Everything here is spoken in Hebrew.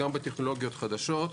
גם בטכנולוגיות חדשות.